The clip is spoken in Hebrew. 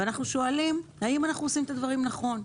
ואנחנו שואלים האם אנחנו עושים את הדברים נכון?